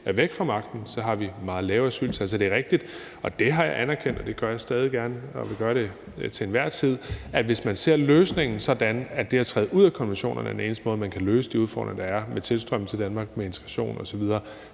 er væk fra magten, har vi et meget lavere asyltal. Det er rigtigt – det har jeg anerkendt, og det gør jeg stadig væk gerne og vil gøre det til enhver tid – at hvis man ser det sådan, at det at træde ud af konventionerne er den eneste måde, hvorpå man kan løse de udfordringer, der er med tilstrømning til Danmark, med integration osv.,